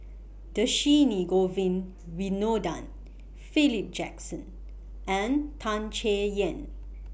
Dhershini Govin Winodan Philip Jackson and Tan Chay Yan